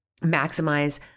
maximize